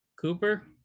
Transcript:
Cooper